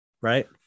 right